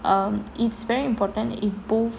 um it's very important if both